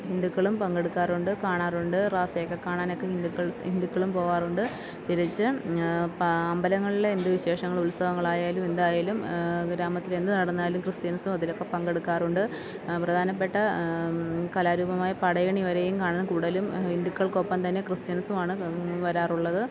ഹിന്ദുക്കളും പങ്കെടുക്കാറുണ്ട് കാണാറുണ്ട് റാസെയൊക്കെ കാണാനൊക്കെ ഹിന്ദുക്കള്സ് ഹിന്ദുക്കളും പോകാറുണ്ട് തിരിച്ച് പാ അമ്പലങ്ങളിലെ എന്തു വിശേഷങ്ങൾ ഉത്സവങ്ങളായാലും എന്തായാലും ഗ്രാമത്തിൽ എന്തു നടന്നാലും ക്രിസ്ത്യന്സും അതിലൊക്കെ പങ്കെടുക്കാറുണ്ട് പ്രധാനപ്പെട്ട കലാരൂപമായ പടയണി വരെയും കാണാന് കൂടുതലും ഹിന്ദുക്കള്ക്കൊപ്പം തന്നെ ക്രിസ്ത്യന്സുമാണ് വരാറുള്ളത്